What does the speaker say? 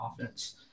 offense